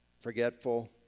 forgetful